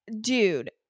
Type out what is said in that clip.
dude